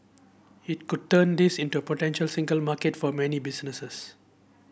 it could turn this into a potential single market for many businesses